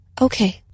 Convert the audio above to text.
Okay